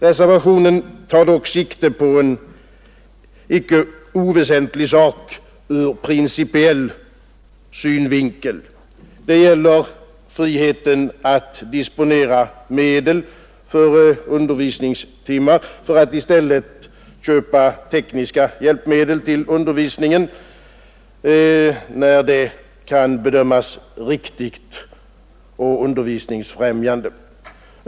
Reservationen tar dock sikte på en ur principiell synvinkel icke oväsentlig sak, nämligen friheten att disponera medel för undervisningstimmar för att i stället köpa tekniska hjälpmedel till undervisningen, när detta kan bedömas riktigt och undervisningsfrämjande.